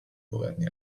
governi